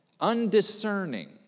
undiscerning